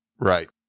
Right